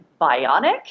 bionic